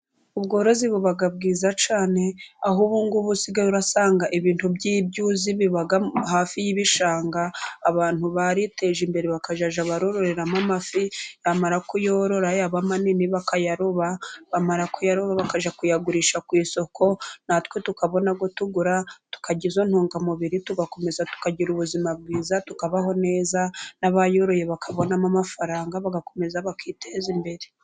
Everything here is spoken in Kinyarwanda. Ubworozi buba bwiza cyane, aho ubu ngubu usigaye usanga ibintu by'ibyuzi biba hafi y'ibishanga, abantu bariteje imbere bakazajya bororeramo amafi, bamara kuyorora yaba manini bakayaroba bamara kuyaroba bakajya kuyagurisha ku isoko, natwe tukabona ayo tugura tukarya izo ntungamubiri, tugakomeza tukagira ubuzima bwiza tukabaho neza, n'abayoroye bakabonamo amafaranga bagakomeza bakiteza imbere.